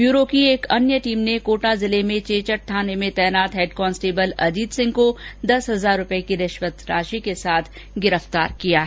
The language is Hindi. ब्यूरो ने एक अन्य कार्यवाही में चेचट थाने में तैनात हैड कांस्टेबल अजीत सिंह को दस हजार रुपये की रिश्वत राशि के साथ गिरफ्तार किया है